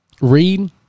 read